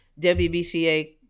WBCA